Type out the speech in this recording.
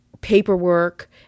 paperwork